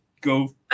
go